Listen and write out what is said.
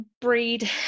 breed